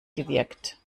gewirkt